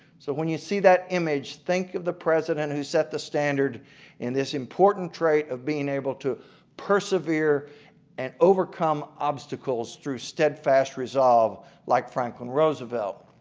so when you see that image think of the president who set the standard in this important trait of being able to persevere and overcome obstacles through steadfast resolve like franklin roosevelt.